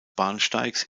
bahnsteigs